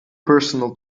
personal